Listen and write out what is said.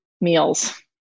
meals